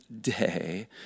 day